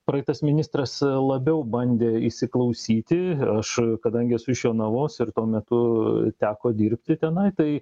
praeitas ministras labiau bandė įsiklausyti aš kadangi esu iš jonavos ir tuo metu teko dirbti tenai tai